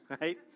right